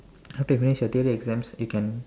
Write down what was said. after you finish your theory exams you can